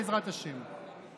בעזרת השם.